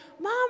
Mom